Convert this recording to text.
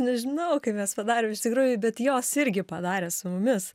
nežinau kaip mes padarėm iš tikrųjų bet jos irgi padarė su mumis